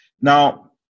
Now